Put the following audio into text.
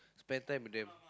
spend time with them